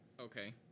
Okay